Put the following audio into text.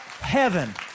heaven